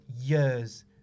years